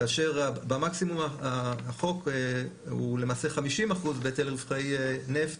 כאשר במקסימום החוק הוא למעשה 50% בהיטל רווחי נפט